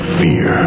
fear